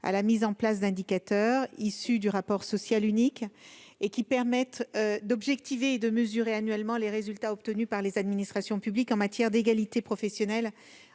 à la mise en place d'indicateurs issus du RSU, afin d'objectiver et de mesurer annuellement les résultats obtenus par les administrations publiques en matière d'égalité professionnelle